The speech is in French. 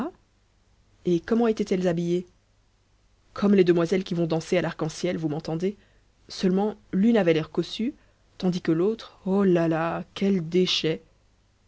et comment étaient-elles habillées comme les demoiselles qui vont danser à l'arc-en-ciel vous m'entendez seulement l'une avait l'air cossue tandis que l'autre oh là là quel déchet